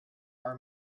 our